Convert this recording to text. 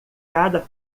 cada